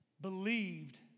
believed